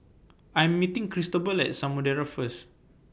I Am meeting Cristobal At Samudera First